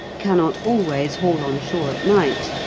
cannot always haul on shore at night,